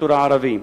בסקטור הערבי?